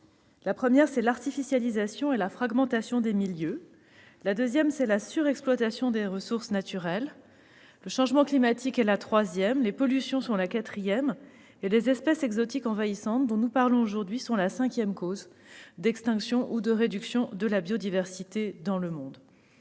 La première est l'artificialisation et la fragmentation des milieux. La deuxième est la surexploitation des ressources naturelles. La troisième est le changement climatique. La quatrième, ce sont les pollutions. Et les espèces exotiques envahissantes dont nous parlons aujourd'hui sont la cinquième cause d'extinction ou de réduction de la biodiversité dans le monde.